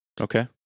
Okay